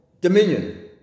dominion